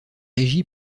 régis